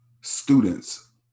students